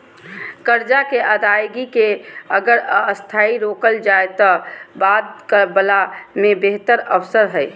कर्जा के अदायगी के अगर अस्थायी रोकल जाए त बाद वला में बेहतर अवसर हइ